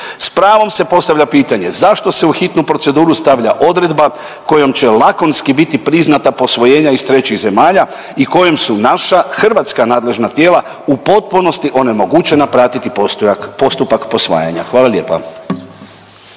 S pravom možemo postaviti pitanje zašto se u hitnu proceduru stavlja odredba kojom će lakonski biti priznata posvajanja iz trećih zemalja i kojom su tuzemna nadležna tijela u potpunosti onemogućena pratiti postupak posvajanja. Sukladno